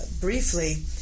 briefly